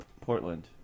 Portland